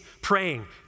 praying